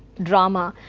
drama,